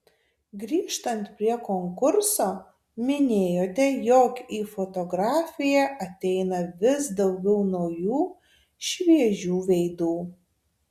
grįžtant prie konkurso minėjote jog į fotografiją ateina vis daugiau naujų šviežių veidų